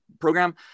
program